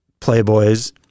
playboys